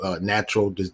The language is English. natural